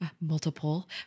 Multiple